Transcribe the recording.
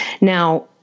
Now